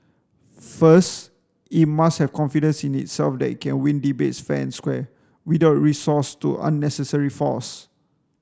first it must have confidence in itself that it can win debates fair and square without recourse to unnecessary force